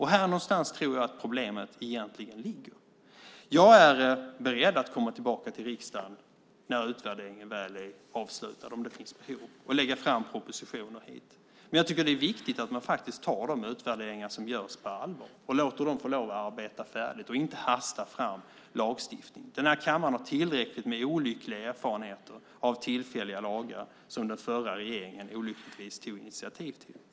Här någonstans tror jag att problemet egentligen ligger. Jag är beredd att komma tillbaka till riksdagen när utvärderingen väl är avslutad om det finns behov och lägga fram propositioner här. Men jag tycker att det är viktigt att man faktiskt tar de utvärderingar som görs på allvar, att man låter dem som gör dem få lov att arbeta färdigt och att man inte hastar fram lagstiftning. Den här kammaren har tillräckligt med olyckliga erfarenheter av tillfälliga lagar, som den förra regeringen olyckligtvis tog initiativ till.